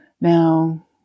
Now